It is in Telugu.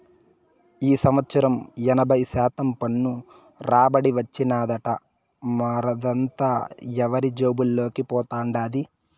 ఈ సంవత్సరం ఎనభై శాతం పన్ను రాబడి వచ్చినాదట, మరదంతా ఎవరి జేబుల్లోకి పోతండాది